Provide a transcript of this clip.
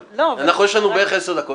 אבל זה לא קשור לחקירת משטרה.